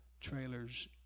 trailers